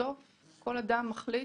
בסוף כל אדם מחליט.